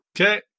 Okay